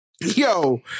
Yo